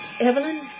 Evelyn